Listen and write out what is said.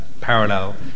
parallel